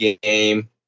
game